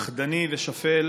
פחדני ושפל